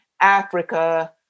Africa